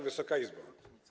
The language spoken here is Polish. Wysoka Izbo!